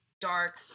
dark